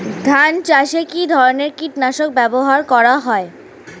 ধান চাষে কী ধরনের কীট নাশক ব্যাবহার করা হয়?